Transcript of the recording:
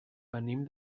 venim